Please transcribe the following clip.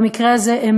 ובמקרה הזה,